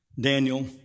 Daniel